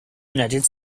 united